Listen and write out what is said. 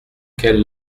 quelle